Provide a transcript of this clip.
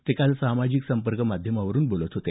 ते काल सामाजिक संपर्क माध्यमावरून बोलत होते